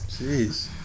Jeez